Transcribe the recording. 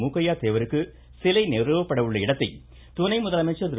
மூக்கையா தேவருக்கு சிலை நிறுவப்பட உள்ள இடத்தை துணை முதலமைச்சர் திரு